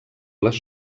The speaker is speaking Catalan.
les